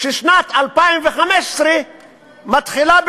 ששנת 2015 מתחילה בנובמבר.